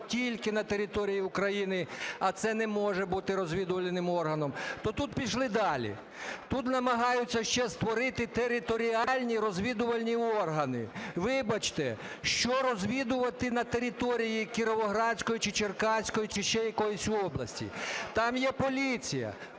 тільки на території України, а це не може бути розвідувальним органом, - то тут пішли далі. Тут намагаються ще створити територіальні розвідувальні органи. Вибачте, що розвідувати на території Кіровоградської чи Черкаської, чи ще якоїсь області? Там є поліція,